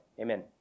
Amen